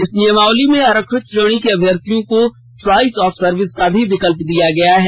इस नियमावली में आरक्षित श्रेणी के अभ्यर्थियों को च्वाइस ऑफ सर्विस का भी विकल्प दिया गया है